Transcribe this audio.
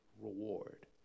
reward